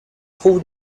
trouve